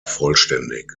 vollständig